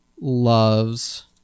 loves